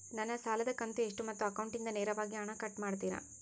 ನನ್ನ ಸಾಲದ ಕಂತು ಎಷ್ಟು ಮತ್ತು ಅಕೌಂಟಿಂದ ನೇರವಾಗಿ ಹಣ ಕಟ್ ಮಾಡ್ತಿರಾ?